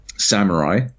samurai